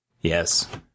Yes